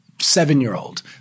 seven-year-old